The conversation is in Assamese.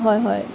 হয় হয়